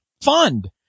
fund